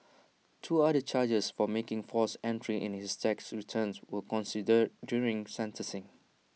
two other charges for making false entries in his tax returns were considered during sentencing